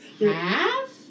Half